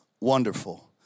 wonderful